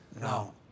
no